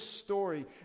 story